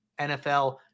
NFL